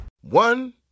One